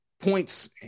points